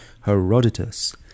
Herodotus